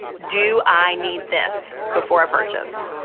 do i need this? before a purchase.